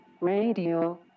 Radio